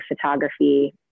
photography